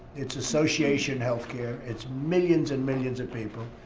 it's association healthcare, it's millions and millions of people.